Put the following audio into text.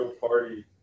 party